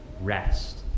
rest